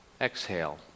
exhale